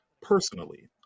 Personally